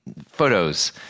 photos